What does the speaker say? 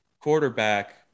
quarterback